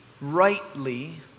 rightly